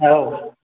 औ